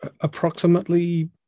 approximately